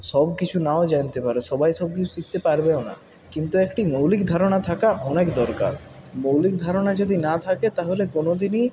সবকিছু নাও জানতে পারে সবাই সব কিছু শিখতে পারবেও না কিন্তু একটি মৌলিক ধারণা থাকা অনেক দরকার মৌলিক ধারণা যদি না থাকে তাহলে কোনোদিনই